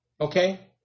Okay